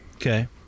Okay